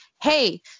hey